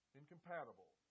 incompatible